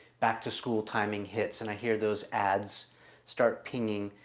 back-to-school timing hits and i hear those ads start pinging.